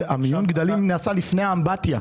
מיון גדלים נעשה לפני האמבטיה,